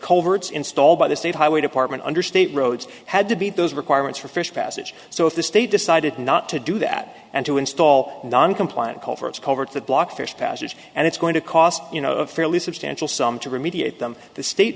coverts installed by the state highway department under state roads had to be those requirements for fish passage so if the state decided not to do that and to install non compliant culverts cover to block fish passage and it's going to cost you know a fairly substantial sum to remediate them the state